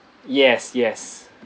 yes yes